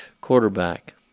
quarterback